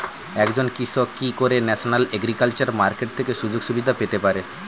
একজন কৃষক কি করে ন্যাশনাল এগ্রিকালচার মার্কেট থেকে সুযোগ সুবিধা পেতে পারে?